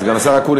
סגן השר אקוניס,